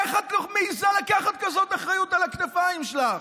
איך את מעיזה לקחת אחריות כזאת על הכתפיים שלך?